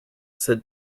said